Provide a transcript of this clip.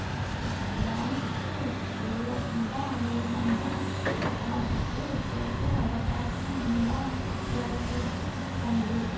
Bank కు వెళ్లకుండా, ఏమన్నా డిపాజిట్లు సేసే అవకాశం ఉందా, దయసేసి సెప్పండి?